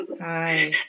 Hi